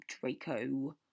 Draco